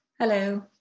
Hello